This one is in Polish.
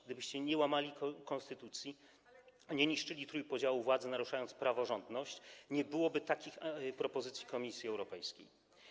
Gdybyście nie łamali konstytucji, nie niszczyli trójpodziału władzy ani nie naruszali praworządności, nie byłoby takich propozycji Komisji Europejskiej.